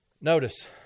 Notice